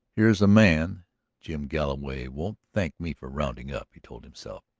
here's a man jim galloway won't thank me for rounding up, he told himself.